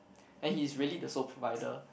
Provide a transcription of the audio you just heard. and he is really the sole provider